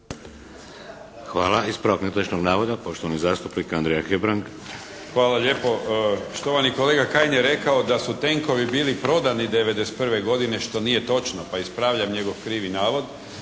Hvala. Ispravak netočnog navoda, poštovani zastupnik Andrija Hebrang. **Hebrang, Andrija (HDZ)** Hvala lijepo. Štovani kolega Kajin je rekao da su tenkovi bili prodani '91. godine, što nije točno, pa ispravljam njegov krivi navod.